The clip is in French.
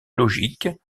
logiques